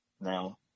Now